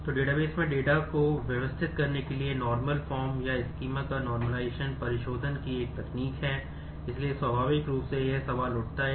तो normal forms से शुरू होता है